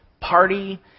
party